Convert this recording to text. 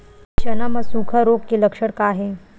चना म सुखा रोग के लक्षण का हे?